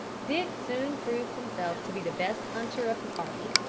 dick soon proved himself to be the best hunter of the party,